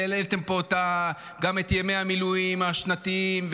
והעליתם פה גם את ימי המילואים השנתיים,